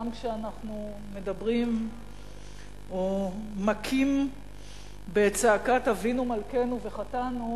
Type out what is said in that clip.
גם כשאנחנו מדברים או מכים בצעקת "אבינו מלכנו" ו"חטאנו",